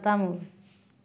Tata magic